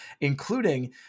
including